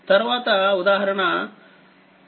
తర్వాత ఉదాహరణ 4